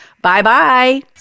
Bye-bye